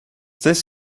this